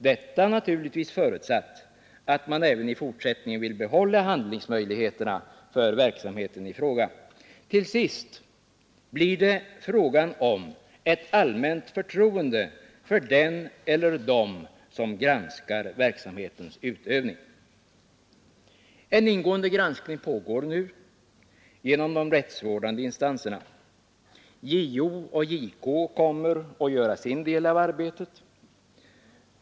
Detta naturligtvis förutsatt att man även i fortsättningen vill behålla handlingsmöjligheterna för verksamheten. Till sist blir det frågan om ett allmänt förtroende för den eller de som granskar verksamhetens utövning. En ingående granskning pågår nu genom de rättsvårdande instanserna. JO och JK kommer att göra sin del av arbetet.